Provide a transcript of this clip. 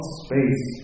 space